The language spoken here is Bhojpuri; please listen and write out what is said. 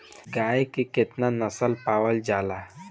गाय के केतना नस्ल पावल जाला?